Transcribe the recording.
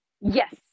Yes